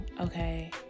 okay